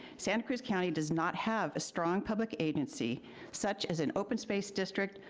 santa cruz county does not have a strong public agency such as an open space district,